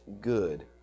good